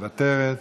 מוותרת,